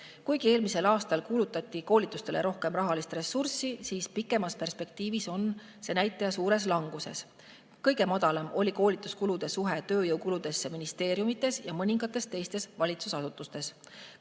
Kuigi eelmisel aastal kulutati koolitustele [2020. aastaga võrreldes] rohkem rahalist ressurssi, on pikemas perspektiivis see näitaja suures languses. Kõige madalam oli koolituskulude suhe tööjõukuludesse ministeeriumides ja mõningates teistes valitsusasutustes.